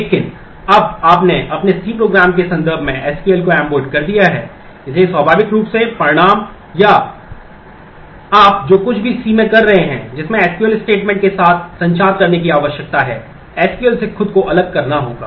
लेकिन अब आपने अपने c प्रोग्राम के संदर्भ में एसक्यूएल से खुद को अलग करना होगा